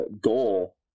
goal